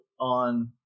on